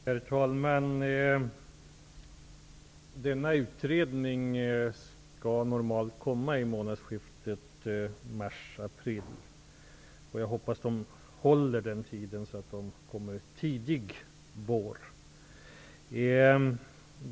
Herr talman! Denna utredning skall normalt sett vara klar i månadsskiftet mars-april. Jag hoppas att de håller den tiden så att förslaget kommer tidigt i vår.